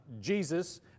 jesus